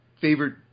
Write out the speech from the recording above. favorite